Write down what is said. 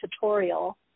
tutorial